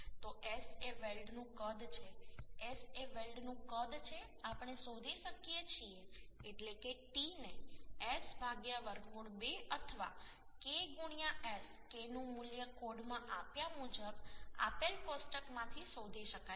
તો S એ વેલ્ડનું કદ છે S એ વેલ્ડનું કદ છે આપણે શોધી શકીએ છીએ એટલે કે t ને S વર્ગમૂળ 2 અથવા K S K નું મૂલ્ય કોડમાં આપ્યા મુજબ આપેલ કોષ્ટકમાંથી શોધી શકાય છે